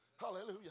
Hallelujah